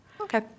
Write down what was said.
Okay